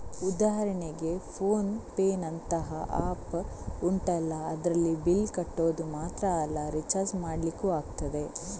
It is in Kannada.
ಉದಾಹರಣೆಗೆ ಫೋನ್ ಪೇನಂತಹ ಆಪ್ ಉಂಟಲ್ಲ ಅದ್ರಲ್ಲಿ ಬಿಲ್ಲ್ ಕಟ್ಟೋದು ಮಾತ್ರ ಅಲ್ಲ ರಿಚಾರ್ಜ್ ಮಾಡ್ಲಿಕ್ಕೂ ಆಗ್ತದೆ